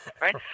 right